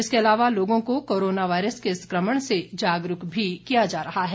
इसके अलावा लोगों को कोरोना वायरस के संक्रमण से जागरूक किया जा रहा है